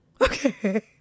Okay